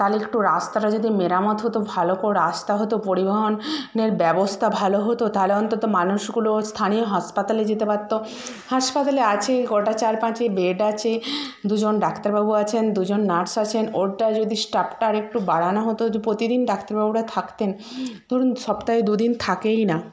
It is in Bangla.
তাহলে একটু রাস্তাটা যদি মেরামত হতো ভালো করে রাস্তা হতো পরিবহন এর ব্যবস্থা ভালো হতো তাহলে অন্তত মানুষগুলো স্থানীয় হাসপাতালে যেতে পারত হাসপাতালে আছেই গোটা চার পাঁচেক বেড আছে দুজন ডাক্তারবাবু আছেন দুজন নার্স আছেন ওটা যদি স্টাফটা আরেকটু বাড়ানো হতো প্রতিদিন ডাক্তারবাবুরা থাকতেন ধরুন সপ্তাহে দুদিন থাকেই না